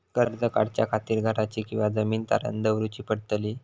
कर्ज काढच्या खातीर घराची किंवा जमीन तारण दवरूची पडतली?